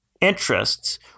interests